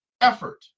effort